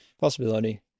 possibility